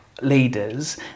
leaders